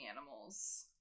animals